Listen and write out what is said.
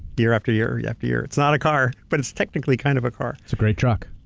year after year, yeah after year. it's not a car, but it's technically kind of a car. it's a great truck.